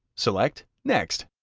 select next.